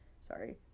Sorry